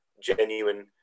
genuine